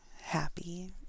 happy